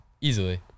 Easily